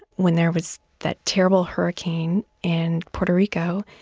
when there was that terrible hurricane in puerto rico,